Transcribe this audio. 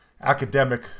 academic